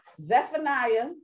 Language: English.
Zephaniah